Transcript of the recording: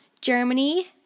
Germany